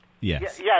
Yes